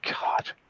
God